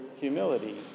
humility